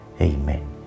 Amen